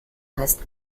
heißt